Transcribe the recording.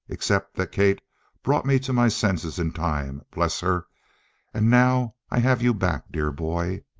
except that kate brought me to my senses in time bless her and now i have you back, dear boy!